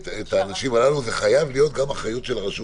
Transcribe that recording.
האנשים הללו זה חייב להיות גם אחריות של הרשות.